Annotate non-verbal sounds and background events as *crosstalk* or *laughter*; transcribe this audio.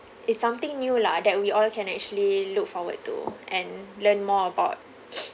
it's something new lah that we all can actually look forward to and learn more about *breath*